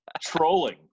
Trolling